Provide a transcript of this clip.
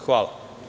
Hvala.